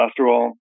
cholesterol